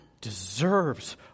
deserves